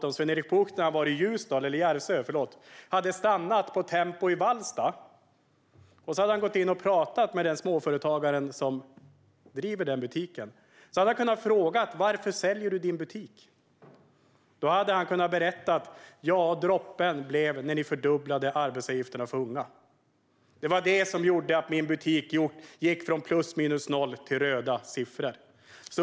Om Sven-Erik Bucht hade varit i Järvsö och stannat vid Tempo i Vallsta och gått in och pratat med den småföretagare som driver denna butik hade han kunnat fråga: Varför säljer du din butik? Då hade denna småföretagare kunnat berätta att droppen blev när ni fördubblade arbetsgivaravgifterna för unga. Det var det som gjorde att denna butik gick från plus minus noll till röda siffror.